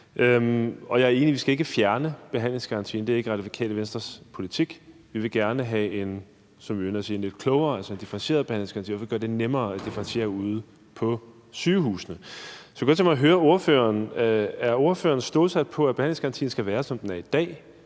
Og jeg er enig i, at vi ikke skal fjerne behandlingsgarantien; det er ikke Radikale Venstres politik. Jeg vil gerne have, som vi har været ude at sige, en lidt klogere behandlingsgaranti, altså en differentieret behandlingsgaranti, for at gøre det nemmere at differentiere ude på sygehusene. Så jeg kunne godt tænke mig at høre ordføreren, om ordføreren er stålsat på, at behandlingsgarantien skal være, som den er i dag,